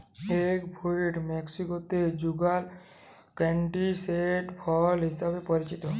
egg fruit মেক্সিকোতে যুগাল ক্যান্টিসেল ফল হিসেবে পরিচিত